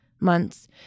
months